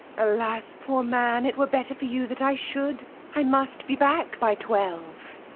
alas, poor man, it were better for you that i should. i must be back by twelve.